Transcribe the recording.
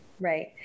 Right